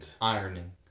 ironing